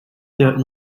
pierre